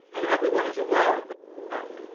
and everyone is aware of that.